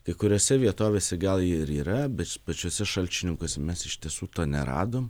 kai kuriose vietovėse gal ir yra pačiuose šalčininkuose mes iš tiesų to neradom